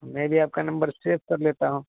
میں بھی آپ کا نمبر سیو کر لیتا ہوں